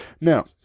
Now